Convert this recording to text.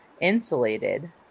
insulated